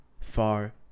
far